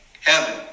heaven